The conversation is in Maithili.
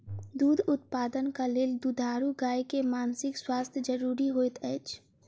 दूध उत्पादनक लेल दुधारू गाय के मानसिक स्वास्थ्य ज़रूरी होइत अछि